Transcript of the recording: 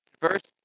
First